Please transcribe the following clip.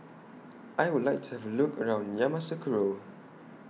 I Would like to Have A Look around Yamoussoukro